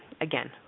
Again